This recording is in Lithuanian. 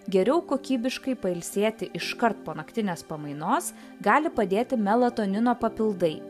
geriau kokybiškai pailsėti iškart po naktinės pamainos gali padėti melatonino papildai